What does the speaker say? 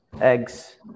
eggs